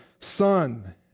son